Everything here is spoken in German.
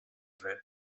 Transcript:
will